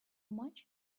much